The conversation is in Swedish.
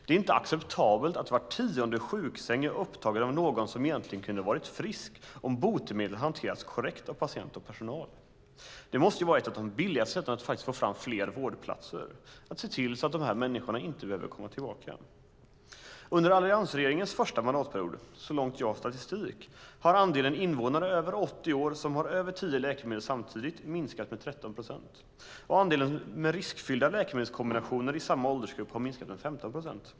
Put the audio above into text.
Det är inte acceptabelt att var tionde sjuksäng är upptagen av någon som egentligen kunde ha varit frisk om botemedlet hade hanterats korrekt av patient och personal. Det måste ju vara ett av de billigaste sätten att få fram fler vårdplatser, att se till att de här människorna inte behöver komma tillbaka. Under alliansregeringens första mandatperiod, så långt jag har statistik, har andelen invånare över 80 år som har över tio läkemedel samtidigt minskat med 13 procent och andelen med riskfyllda läkemedelskombinationer i samma åldersgrupp har minskat med 15 procent.